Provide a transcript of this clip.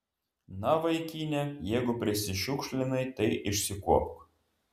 na vaikine jeigu prisišiukšlinai tai išsikuopk